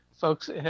folks